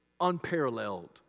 unparalleled